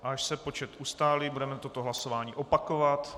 Až se počet ustálí, budeme toto hlasování opakovat.